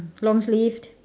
long sleeved